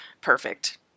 Perfect